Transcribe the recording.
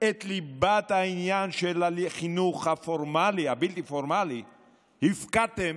את ליבת העניין של החינוך הבלתי-פורמלי הפקדתם